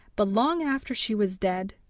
but long after she was dead,